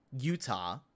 Utah